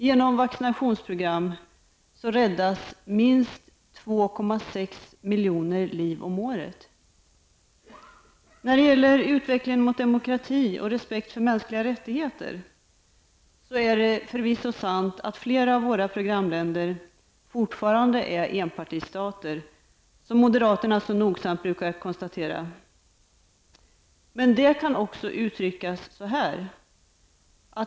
Genom vaccinationsprogram räddas minst 2,6 miljoner liv om året. När det gäller utvecklingen mot demokrati och respekt för mänskliga rättigheter är det förvisso sant att flera av våra programländer fortfarande är enpartistater, som moderaterna så nogsamt brukar konstatera. Men det kan också uttryckas så här.